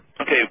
Okay